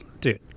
Dude